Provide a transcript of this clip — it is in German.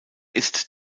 ist